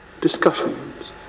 Discussions